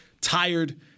tired